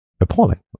appalling